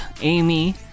amy